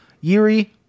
Yuri